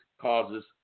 causes